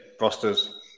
rosters